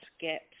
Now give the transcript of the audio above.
get